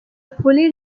fully